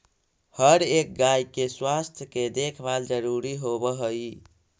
हर एक गाय के स्वास्थ्य के देखभाल जरूरी होब हई